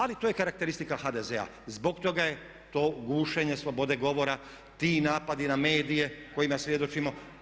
Ali to je karakteristika HDZ-a, zbog toga je to gušenje slobode govora ti napadi na medije kojima svjedočimo.